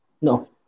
No